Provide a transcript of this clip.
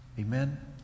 Amen